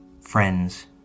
friends